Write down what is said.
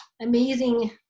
amazing